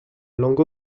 langue